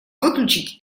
выключить